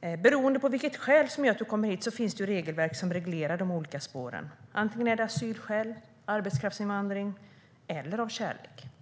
Beroende på vilket skäl som gör att människor kommer hit finns det regelverk som reglerar de olika spåren. Det kan vara fråga om asylskäl, om arbetskraftsinvandring eller att de kommer på grund av kärlek.